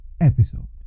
episode